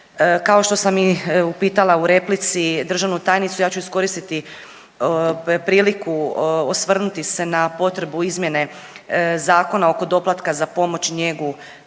Kao što sam i pitala u replici državnu tajnicu, ja ću iskoristiti priliku osvrnuti se na potrebu izmjene Zakona oko doplatka za pomoć i njegu